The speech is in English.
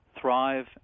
thrive